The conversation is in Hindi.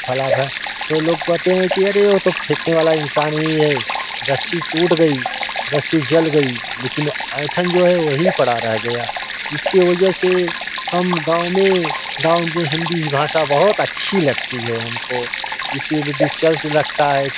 तो लोग कहते हैं कि अरे वह तो फेंकने वाला इंसान ही है रस्सी टूट गई रस्सी जल गई लेकिन ऐठन जो है वहीं पड़ रह गया इसकी वजह से हम गाँव में गाँव के हिंदी ही भाषा बहुत अच्छी लगती है हमको इसीलिए दिलचस्प लगता है